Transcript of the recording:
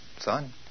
Son